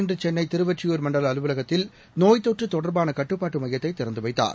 இன்றுசென்னைதிருவொற்றியூர் அவர் மண்டலஅலுவலகத்தில் நோய் தொற்றுதொடர்பானகட்டுப்பாட்டுமையத்தைதிறந்துவைத்தார்